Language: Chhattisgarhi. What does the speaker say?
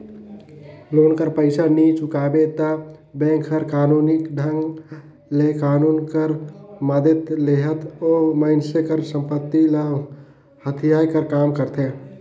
लोन कर पइसा नी चुकाबे ता बेंक हर कानूनी ढंग ले कानून कर मदेत लेहत ओ मइनसे कर संपत्ति ल हथियाए कर काम करथे